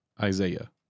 Isaiah